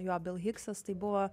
jo bill hiksas tai buvo